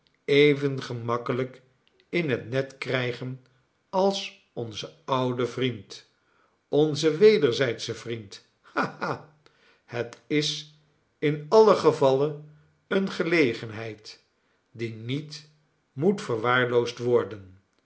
even gemakkelijk in het net krijgen als onzen ouden vriend onzen wederzijdschen vriend ha ha het is in alien gevalle eene gelegenheid die niet moet verwaarloosd worden